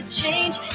change